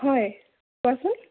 হয় কোৱাচোন